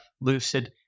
Lucid